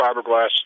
fiberglass